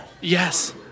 Yes